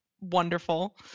wonderful